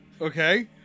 Okay